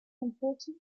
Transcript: important